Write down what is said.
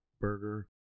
Burger